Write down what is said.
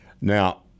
Now